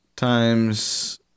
Times